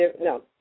no